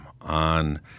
on